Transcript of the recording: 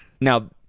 Now